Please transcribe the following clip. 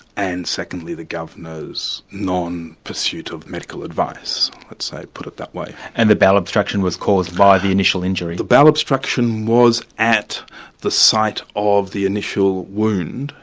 and secondly the governor's non-pursuit of medical advice, let's say, put it that way. and the bowel obstruction was caused by the initial injury? the bowel obstruction was at the site of the initial wound,